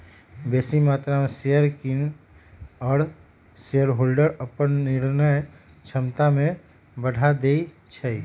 बेशी मत्रा में शेयर किन कऽ शेरहोल्डर अप्पन निर्णय क्षमता में बढ़ा देइ छै